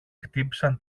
χτύπησαν